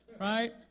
right